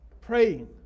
praying